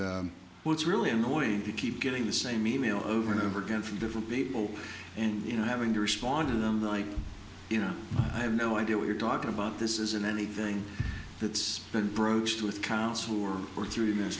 what's really annoying you keep getting the same e mail over and over again from different people and you know having to respond to them like you know i have no idea what you're talking about this isn't anything that's been broached with council or through the min